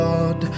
God